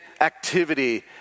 activity